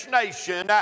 nation